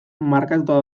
markatuta